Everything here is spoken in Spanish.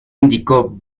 indicó